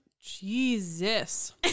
Jesus